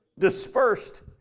dispersed